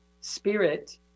spirit